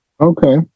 Okay